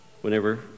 Whenever